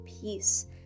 peace